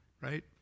right